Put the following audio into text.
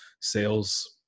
sales